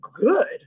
good